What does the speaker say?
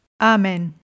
Amen